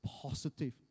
positive